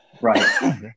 Right